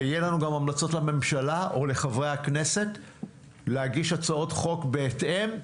ויהיו לנו גם המלצות לממשלה או לחברי הכנסת להגיש הצעות חוק בהתאם,